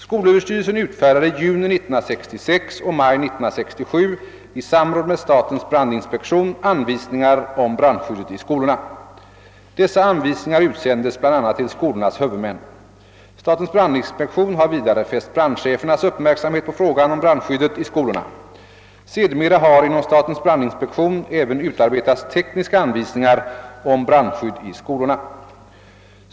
Skolöverstyrelsen utfärdade i juni 1966 och maj 1967 i samråd med statens brandinspektion anvisningar om brandskyddet i skolorna. Dessa anvisningar utsändes bl.a. till skolornas huvudmän. Statens brandinspektion har vidare fäst brandchefernas uppmärksamhet på frågan om brandskyddet i skolorna. Sedermera har inom statens brandinspektion även utarbetats tekniska anvisningar om brandskydd i skolorna.